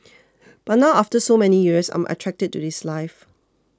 but now after so many years I'm attracted to this life